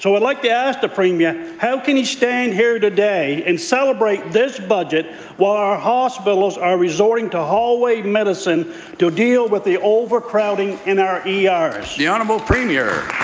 so would like to ask the premier, how can he stand here today and celebrate this budget while our hospitals are resorting to hallway medicine to deal with the overcrowding in our ers? the and but premier